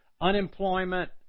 unemployment